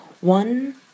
One